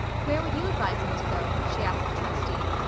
where would you advise me to go? she asked the trustee.